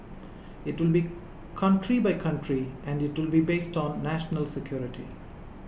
it will be country by country and it will be based on national security